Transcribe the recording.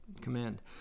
command